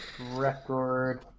record